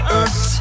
earth